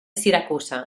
syracuse